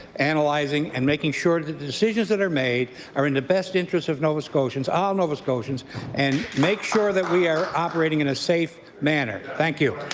analyzing and making sure that the decisions that are made are in the best interests of nova scotians, all ah nova scotians and make sure that we are operating in a safe manner. thank you.